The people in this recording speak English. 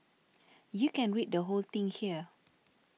you can read the whole thing here